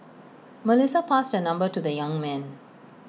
Melissa passed her number to the young man